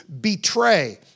betray